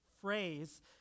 phrase